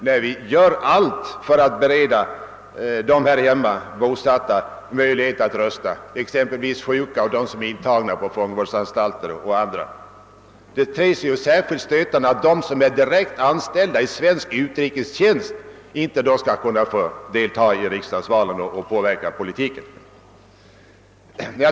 När vi gör allt för att bereda människorna här hemma möjlighet att rösta — exempelvis sjuka och de som är intagna på fångvårdsanstalter — ter det sig särskilt stötande för dem som är direkt anställda i svensk utrikestjänst att de inte skall få delta i riksdagsvalen och påverka politiken.